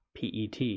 pet